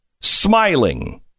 smiling